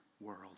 world